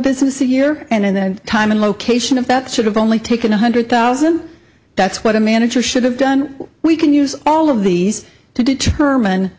business a year and the time and location of that should have only taken one hundred thousand that's what a manager should have done we can use all of these to determine